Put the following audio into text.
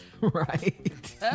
Right